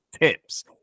tips